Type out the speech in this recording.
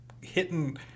hitting